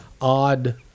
odd